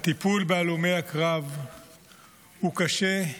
הטיפול בהלומי הקרב הוא קשה,